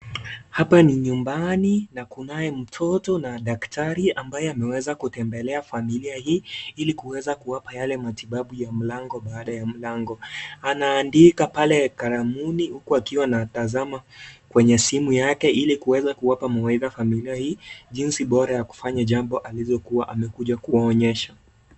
Hapa ni nyumbani na kunayo mtoto na daktari ambaye ameweza kutembelea familia hii ili kuweza kuwapa yele matibabu ya mlango baada ya mlango anaadika pale kalamuni huku akiwa anatazama kwenye simu yake ili kuweza kuwapa mawaidha familia hii jinsi bora ya kufanya jambo alivyo kuwa amekuja kuwaonyesha.